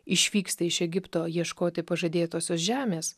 išvyksta iš egipto ieškoti pažadėtosios žemės